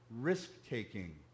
risk-taking